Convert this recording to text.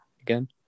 again